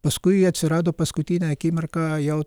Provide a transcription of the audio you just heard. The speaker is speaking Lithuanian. paskui atsirado paskutinę akimirką jau